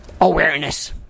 awareness